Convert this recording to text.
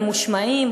ממושמעים,